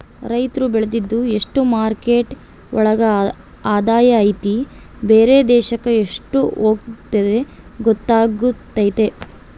ರೈತ್ರು ಬೆಳ್ದಿದ್ದು ಎಷ್ಟು ಮಾರ್ಕೆಟ್ ಒಳಗ ಆದಾಯ ಐತಿ ಬೇರೆ ದೇಶಕ್ ಎಷ್ಟ್ ಹೋಗುತ್ತೆ ಗೊತ್ತಾತತೆ